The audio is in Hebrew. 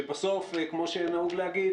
שבסוף זה נמב"י.